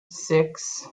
six